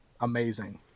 amazing